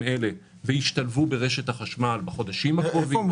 אלה וישתלבו ברשת החשמל בחודשים הקרובים.